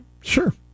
Sure